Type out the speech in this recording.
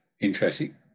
Interesting